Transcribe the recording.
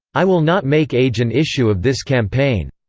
i will not make age an issue of this campaign.